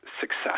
success